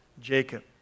Jacob